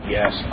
Yes